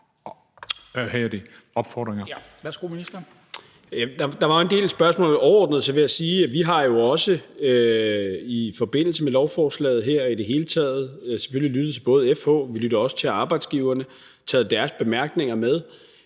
Der var en del spørgsmål. Overordnet vil jeg sige, at vi også i forbindelse med lovforslaget her og i det hele taget selvfølgelig har lyttet til FH, og vi lytter også til arbejdsgiverne og har taget deres bemærkninger med.